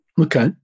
Okay